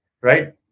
Right